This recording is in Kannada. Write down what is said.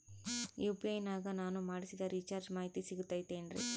ಯು.ಪಿ.ಐ ನಾಗ ನಾನು ಮಾಡಿಸಿದ ರಿಚಾರ್ಜ್ ಮಾಹಿತಿ ಸಿಗುತೈತೇನ್ರಿ?